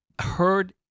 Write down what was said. Heard